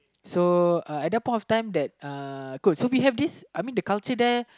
so uh at the point of time that uh cool so we have this I mean the culture there